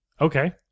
Okay